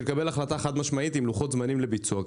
לקבל החלטה חד-משמעית עם לוחות זמנים לביצוע.